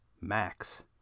Max